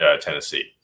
Tennessee